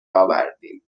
آوردیم